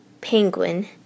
penguin